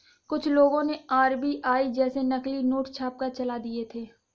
कुछ लोगों ने आर.बी.आई जैसे नकली नोट छापकर चला दिए थे